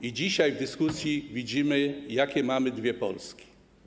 I dzisiaj w dyskusji widzimy, jakie mamy dwie Polski.